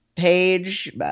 Page